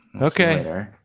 okay